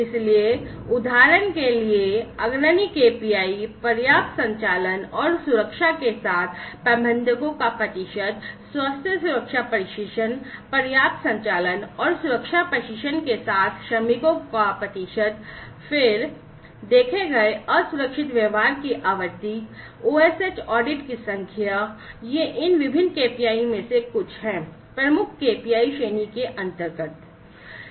इसलिए उदाहरण के लिए अग्रणी KPI पर्याप्त संचालन और सुरक्षा के साथ प्रबंधकों का प्रतिशत स्वास्थ्य सुरक्षा प्रशिक्षण पर्याप्त संचालन और सुरक्षा प्रशिक्षण के साथ श्रमिकों का प्रतिशत फिर देखे गए असुरक्षित व्यवहार की आवृत्ति OSH ऑडिट की संख्या ये इन विभिन्न KPI में से कुछ हैं प्रमुख KPIs श्रेणी के अंतर्गत हैं